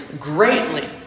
greatly